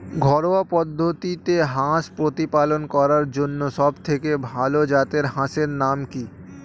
ঘরোয়া পদ্ধতিতে হাঁস প্রতিপালন করার জন্য সবথেকে ভাল জাতের হাঁসের নাম কি?